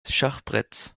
schachbretts